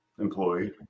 employee